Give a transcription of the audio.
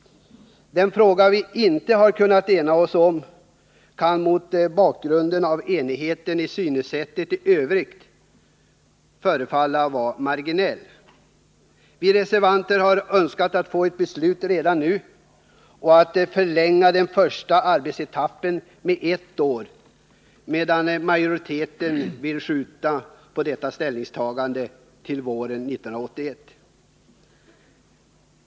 Den fråga vi i utskottet inte har kunnat ena oss om kan mot bakgrund av enigheten i synsätt i övrigt förefalla marginell. Vi reservanter har önskat få ett beslut redan nu och förlänga den första arbetsetappen med ett år, medan majoriteten vill skjuta på ställningstagandet till våren 1981.